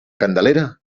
candelera